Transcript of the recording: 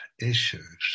issues